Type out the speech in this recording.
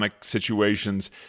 situations